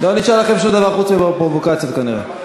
לא נשאר לכם שום דבר חוץ מפרובוקציות, כנראה.